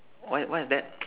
what what is that